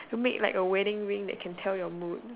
to make like a wedding ring that can tell your mood